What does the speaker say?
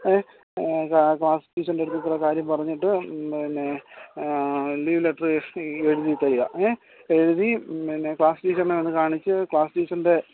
ഏ ക്ലാസ് ടീച്ചറിൻ്റടുത്ത് കൂടെ കാര്യം പറഞ്ഞിട്ട് പിന്നെ ലീവ് ലെറ്ററ് എഴുതി തരുക ഏ എഴുതി പിന്നെ ക്ലാസ് ടീച്ചർനെ ഒന്ന് കാണിച്ച് ക്ലാസ് ടീച്ചർൻ്റെ